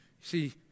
See